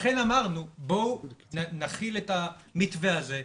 לכן אמרנו: בואו נכיל את המתווה הזה,